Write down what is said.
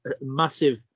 massive